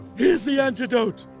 here's the antidote.